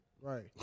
right